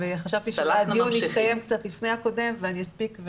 וחשבתי שהדיון הקודם יסתיים קצת לפני ואני אספיק,